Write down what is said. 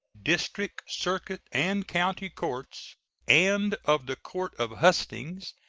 district, circuit, and county courts and of the court of hustings,